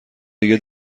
دیگه